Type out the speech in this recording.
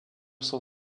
son